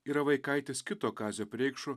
yra vaikaitis kito kazio preikšo